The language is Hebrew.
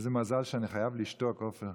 איזה מזל שאני חייב לשתוק, עופר.